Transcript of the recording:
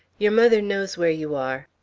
your mother knows where you are.